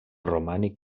romànic